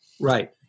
Right